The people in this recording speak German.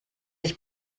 sich